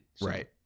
right